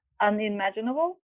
unimaginable